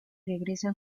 regresan